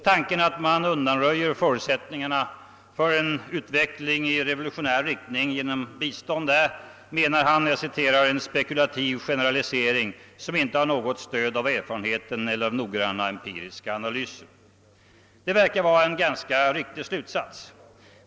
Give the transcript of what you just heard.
Tanken att man undanröjer förutsättningarna för en utveckling i revolutionär riktning genom bistånd är, menar han, ”en spekulativ generalisering som inte har något stöd av erfarenheten eller av noggranna empiriska analyser”. Det verkar vara en ganska rimlig slutsats.